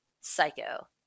psycho